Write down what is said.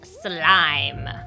Slime